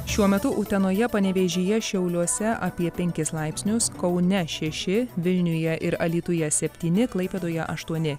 šiuo metu utenoje panevėžyje šiauliuose apie penkis laipsnius kaune šeši vilniuje ir alytuje septyni klaipėdoje aštuoni